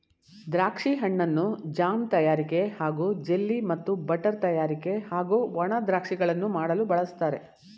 ದ್ರಾಕ್ಷಿ ಹಣ್ಣನ್ನು ಜಾಮ್ ತಯಾರಿಕೆ ಹಾಗೂ ಜೆಲ್ಲಿ ಮತ್ತು ಬಟರ್ ತಯಾರಿಕೆ ಹಾಗೂ ಒಣ ದ್ರಾಕ್ಷಿಗಳನ್ನು ಮಾಡಲು ಬಳಸ್ತಾರೆ